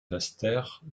restèrent